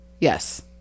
yes